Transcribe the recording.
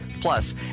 Plus